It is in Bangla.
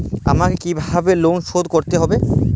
আমাকে কিভাবে লোন শোধ করতে হবে?